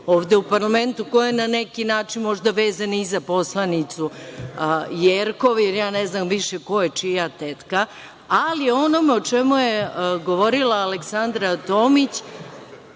ovde u parlamentu, koji je na neki način možda vezan i za poslanicu Jerkov, jer ja ne znam više ko je čija tetka, ali o onome o čemu je govorila Aleksandra Tomić,